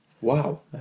Wow